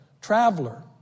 traveler